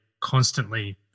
constantly